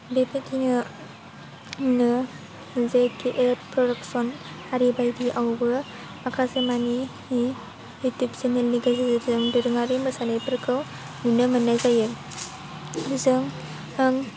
बेबायदिनो J K F production आरि बायदियावबो माखासे मानि इउटुब चेनेल नि गेजेरजों दोरोङारि मोसानायफोरखौ नुनो मोन्नाय जायो जों आं